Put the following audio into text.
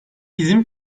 bizim